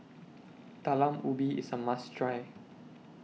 Talam Ubi IS A must Try